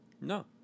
No